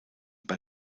bei